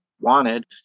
wanted